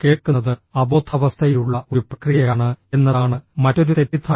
കേൾക്കുന്നത് അബോധാവസ്ഥയിലുള്ള ഒരു പ്രക്രിയയാണ് എന്നതാണ് മറ്റൊരു തെറ്റിദ്ധാരണ